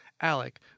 Alec